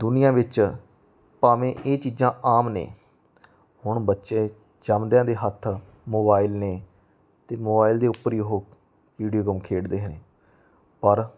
ਦੁਨੀਆਂ ਵਿੱਚ ਭਾਵੇਂ ਇਹ ਚੀਜ਼ਾਂ ਆਮ ਨੇ ਹੁਣ ਬੱਚੇ ਜੰਮਦਿਆਂ ਦੇ ਹੱਥ ਮੋਬਾਈਲ ਨੇ ਅਤੇ ਮੋਬਾਇਲ ਦੇ ਉੱਪਰ ਹੀ ਉਹ ਵੀਡੀਓ ਗੇਮ ਖੇਡਦੇ ਹਨ ਪਰ